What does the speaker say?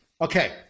Okay